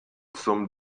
zum